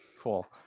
Cool